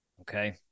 Okay